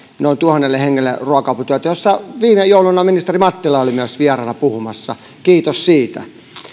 noin tuhannelle hengelle ruoka aputyötä ja missä viime jouluna myös ministeri mattila oli vieraana puhumassa kiitos siitä